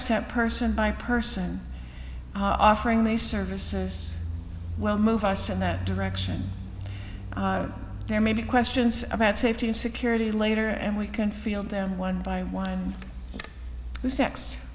step person by person offering these services will move us in that direction there may be questions about safety and security later and we can field them one by one who